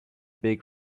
big